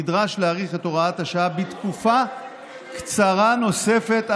נדרש להאריך את הוראת השעה בתקופה קצרה נוספת,